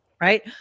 right